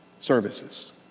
services